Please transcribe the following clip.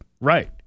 Right